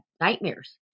nightmares